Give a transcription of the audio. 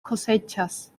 cosechas